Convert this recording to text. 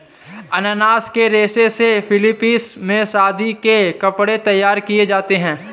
अनानास के रेशे से फिलीपींस में शादी के कपड़े तैयार किए जाते हैं